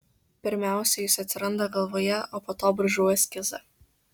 pirmiausia jis atsiranda galvoje o po to braižau eskizą